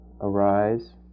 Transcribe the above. arise